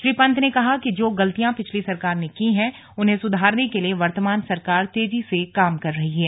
श्री पंत ने कहा कि जो गलतियां पिछली सरकार ने की हैं उन्हें सुधारने के लिए वर्तमान सरकार तेजी से काम कर रही है